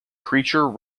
creature